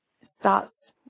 starts